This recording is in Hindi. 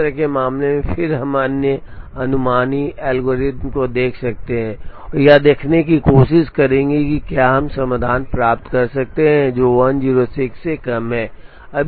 इस तरह के मामले में फिर हम अन्य अनुमानी एल्गोरिदम को देख सकते हैं और यह देखने की कोशिश करेंगे कि क्या हम समाधान प्राप्त कर सकते हैं जो 106 से कम हैं